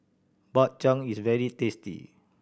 Bak Chang is very tasty